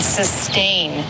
sustain